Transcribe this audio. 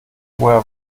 woher